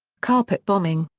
carpet bombing,